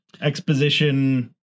exposition